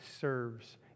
serves